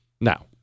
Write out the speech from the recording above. Now